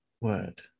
word